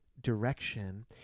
direction